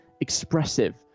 expressive